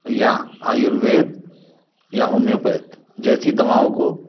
या आयुर्वेद या होमियोपएथ जैसी दवाओं को